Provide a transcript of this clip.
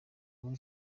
muri